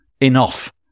enough